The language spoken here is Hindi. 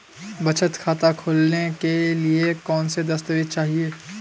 बचत खाता खोलने के लिए कौनसे दस्तावेज़ चाहिए?